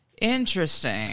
interesting